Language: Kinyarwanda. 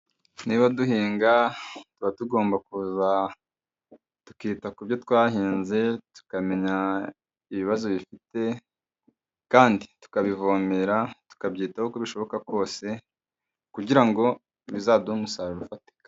Niba duhinga tuba tugomba kuza tukita ku byo twahinze, tukamenya ibibazo bifite kandi tukabivomera, tukabyitaho uko bishoboka kose kugira ngo bizaduhe umusaruro ufatika.